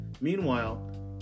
Meanwhile